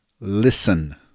Listen